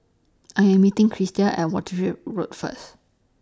I Am meeting Krista At Wishart Road First